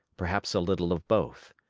perhaps a little of both.